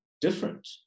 different